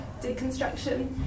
deconstruction